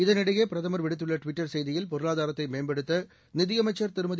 இதனிடையே பிரதமர் விடுத்துள்ள டுவிட்டர் செய்தியில்பொருளாதாரத்தை மேம்படுத்த நிதியமைச்சர் திருமதி